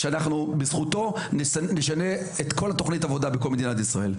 שאנחנו בזכותו נשנה את כל התוכנית העבודה בכל מדינת ישראל,